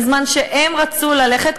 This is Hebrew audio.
בזמן שהם רצו ללכת.